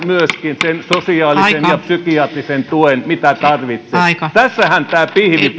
myöskin sen sosiaalisen ja psykiatrisen tuen mitä tarvitsevat tässähän tämä pihvi